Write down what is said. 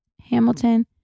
Hamilton